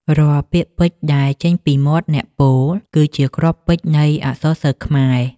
រាល់ពាក្យពេចន៍ដែលចេញពីមាត់អ្នកពោល គឺជាគ្រាប់ពេជ្រនៃអក្សរសិល្ប៍ខ្មែរ។